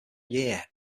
year